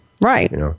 Right